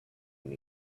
when